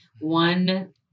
One